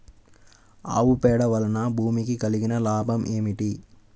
ఆవు పేడ వలన భూమికి కలిగిన లాభం ఏమిటి?